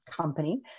company